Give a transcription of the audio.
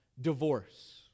divorce